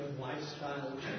Lifestyle